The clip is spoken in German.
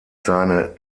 seine